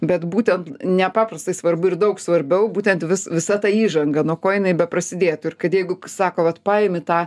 bet būtent nepaprastai svarbu ir daug svarbiau būtent vis visa ta įžanga nuo ko jinai beprasidėtų ir kad jeigu sako vat paimi tą